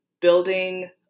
building